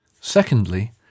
Secondly